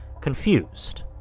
confused